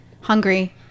Hungry